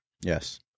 yes